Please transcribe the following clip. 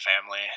family